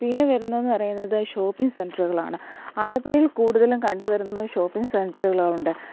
പിന്നെ വരുന്നതെന്ന് പറയുന്നത് ഷോപ്പിങ്ങ് സെൻറ്ററുകളാണ് ആലപ്പുഴയിൽ കൂടുതലും കണ്ടുവരുന്നത് ഷോപ്പിങ്ങ് സെൻറ്ററുകളുണ്ട്